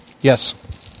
Yes